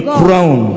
crown